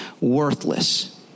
worthless